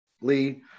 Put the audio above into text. Lee